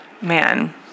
Man